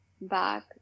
back